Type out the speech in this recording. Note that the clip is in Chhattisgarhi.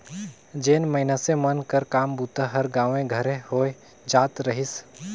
जेन मइनसे मन कर काम बूता हर गाँवे घरे होए जात रहिस